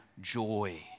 joy